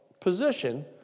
position